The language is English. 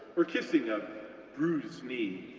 or kissing a bruised knee,